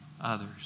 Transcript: others